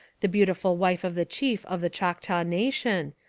the beautiful wife of the chief of the choctaw nation,